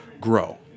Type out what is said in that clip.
grow